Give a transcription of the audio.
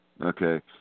Okay